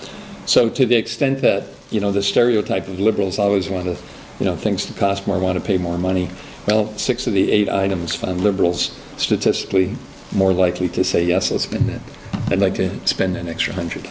so to the extent that you know the stereotype of liberals always want to you know things to cost more want to pay more money well six of the eight items from liberals statistically more likely to say yes it's been like to spend an extra hundred